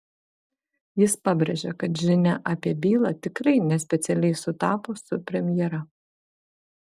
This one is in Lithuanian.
jis pabrėžė kad žinia apie bylą tikrai ne specialiai sutapo su premjera